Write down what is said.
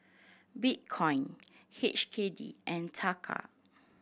Bitcoin H K D and Taka